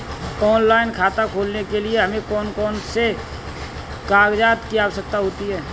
Online खाता खोलने के लिए हमें कौन कौन से कागजात की आवश्यकता होती है?